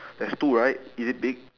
there's two right is it big